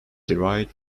derived